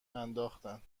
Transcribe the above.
انداختن